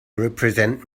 represent